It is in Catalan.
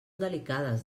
delicades